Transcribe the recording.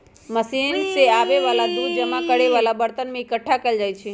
machine से आबे वाला दूध जमा करे वाला बरतन में एकट्ठा कएल जाई छई